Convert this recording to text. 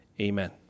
amen